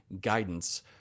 guidance